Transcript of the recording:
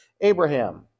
Abraham